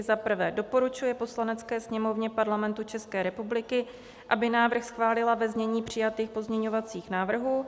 I. doporučuje Poslanecké sněmovně Parlamentu České republiky, aby návrh schválila ve znění přijatých pozměňovacích návrhů.